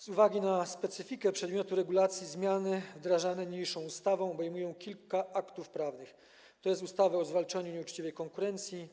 Z uwagi na specyfikę przedmiotu regulacji zmiany wdrażane niniejszą ustawą obejmują kilka aktów prawnych, tj. ustawę o zwalczaniu nieuczciwej konkurencji,